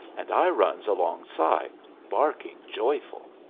and i runs alongside, barking joyful.